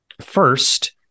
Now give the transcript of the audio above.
first